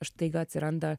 štaiga atsiranda